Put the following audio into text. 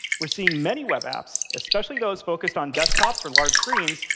we're seeing many web apps, especially those focused on desktops or large screens,